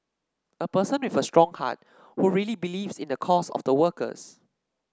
a person with a strong heart who really believe in the cause of the workers